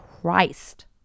Christ